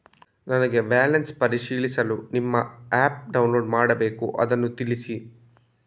ನನಗೆ ಬ್ಯಾಲೆನ್ಸ್ ಪರಿಶೀಲಿಸಲು ನಿಮ್ಮ ಆ್ಯಪ್ ಡೌನ್ಲೋಡ್ ಮಾಡಬೇಕು ಅದನ್ನು ತಿಳಿಸಿ?